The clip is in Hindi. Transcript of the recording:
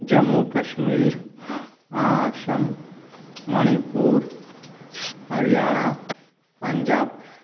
जम्मू कश्मीर आसाम मणिपुर हरियाणा पंजाब